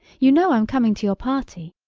you know i'm coming to your party.